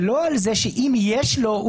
ולא על זה שאם יש לו,